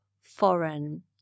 foreign